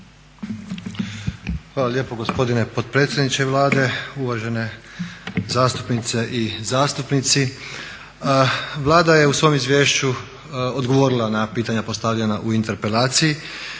Hvala lijepo gospodine potpredsjedniče Vlade, uvažene zastupnice i zastupnici. Vlada je u svom izvješću odgovorila na pitanja postavljena u interpelaciji.